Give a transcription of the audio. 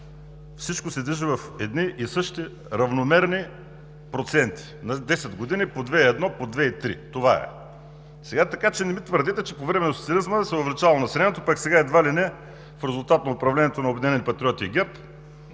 всичко се движи в едни и същи равномерни проценти. На 10 години – по 2,1, по 2,3%. Това е. Не ми твърдете, че по време на социализма се е увеличавало населението, пък сега едва ли не в резултат на управлението на „Обединени патриоти“ и ГЕРБ